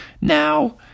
Now